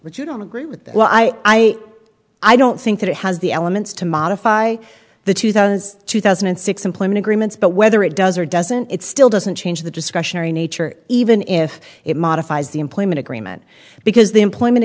which you don't agree with that well i i i don't think that it has the elements to modify the two thousand as two thousand and six employment agreements but whether it does or doesn't it still doesn't change the discretionary nature even if it modifies the employment agreement because the employment